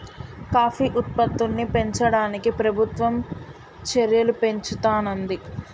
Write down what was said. coffee ఉత్పత్తుల్ని పెంచడానికి ప్రభుత్వం చెర్యలు పెంచుతానంది